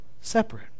separate